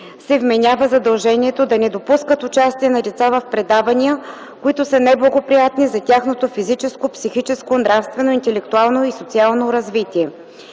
се вменява задължението да не допускат участие на деца в предавания, които са неблагоприятни за тяхното физическо, психическо, нравствено, интелектуално и социално развитие.